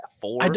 four